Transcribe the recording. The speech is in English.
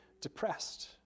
depressed